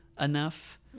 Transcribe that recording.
enough